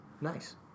Nice